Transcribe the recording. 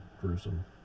gruesome